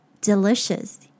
Delicious